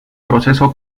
proceso